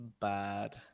bad